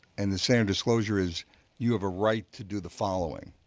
and the same disclosure is you have a right to do the following.